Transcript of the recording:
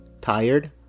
tired